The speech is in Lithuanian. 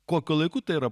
kokiu laiku tai yra